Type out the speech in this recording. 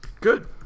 Good